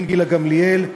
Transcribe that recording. גילה גמליאל,